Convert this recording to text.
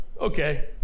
Okay